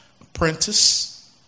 apprentice